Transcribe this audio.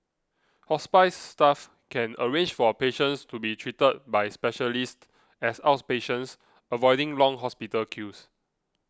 hospice staff can arrange for patients to be treated by specialists as outpatients avoiding long hospital queues